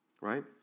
Right